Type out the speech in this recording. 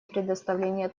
предоставления